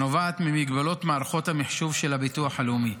שנובעת ממגבלות מערכות המחשוב של הביטוח הלאומי.